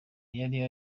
yari